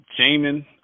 Jamin